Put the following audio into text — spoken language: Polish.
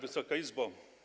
Wysoka Izbo!